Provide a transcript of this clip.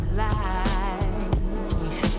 life